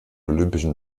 olympischen